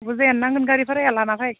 बुरजायानो नांगोन गारि भाराया लाना फै